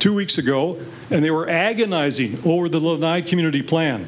two weeks ago and they were agonizing over the little guy community plan